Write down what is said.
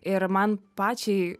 ir man pačiai